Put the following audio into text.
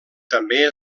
també